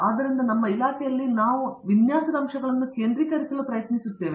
ಆದ್ದರಿಂದ ನಮ್ಮ ಇಲಾಖೆಯಲ್ಲಿ ನಾವು ವಿನ್ಯಾಸದ ಅಂಶಗಳನ್ನು ಕೇಂದ್ರೀಕರಿಸಲು ಪ್ರಯತ್ನಿಸುತ್ತಿದ್ದೇವೆ